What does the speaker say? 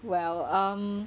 well um